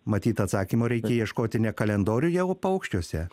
matyt atsakymo reikia ieškoti ne kalendoriuje o paukščiuose